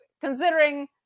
considering